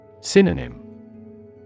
Synonym